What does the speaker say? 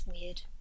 weird